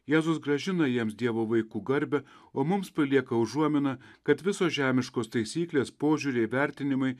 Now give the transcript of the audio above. jėzus grąžina jiems dievo vaikų garbę o mums palieka užuominą kad visos žemiškos taisyklės požiūriai vertinimai